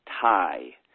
tie